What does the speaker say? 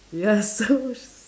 ya so